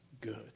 good